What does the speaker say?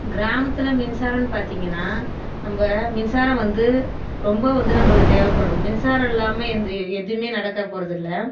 கிராமத்தில் மின்சாரம்ன்னு பார்த்தீங்கன்னா நம்ப மின்சாரம் வந்து ரொம்ப வந்து நம்பளுக்கு தேவைப்படும் மின்சாரமில்லாமல் இங்கே எதுவுமே நடக்க போறதில்லை